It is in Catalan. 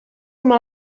mal